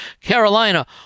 Carolina